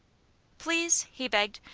please! he begged.